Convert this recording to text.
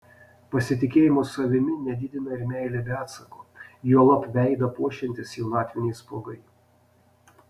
pasitikėjimo savimi nedidina ir meilė be atsako juolab veidą puošiantys jaunatviniai spuogai